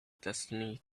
destiny